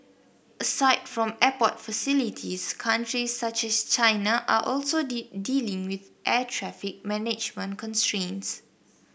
aside from airport facilities countries such as China are also dealing with air traffic management constraints